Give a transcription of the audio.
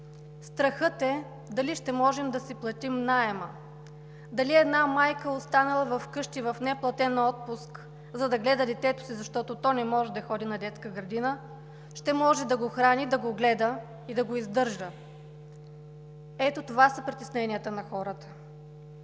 Страхът е дали ще можем да си платим наема, дали една майка, останала вкъщи в неплатен отпуск, за да гледа детето си, защото то не може да ходи на детска градина, ще може да го храни, да го гледа и да го издържа. Ето това са притесненията на хората.